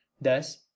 Thus